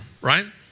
right